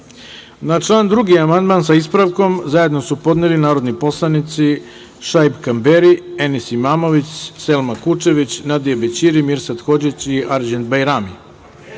član 2. amandman sa ispravkom zajedno su podneli narodni poslanici Šaip Kamberi, Enis Imamović, Selma Kučević, Nadije Bećiri, Mirsad Hodžić i Arđend